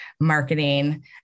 marketing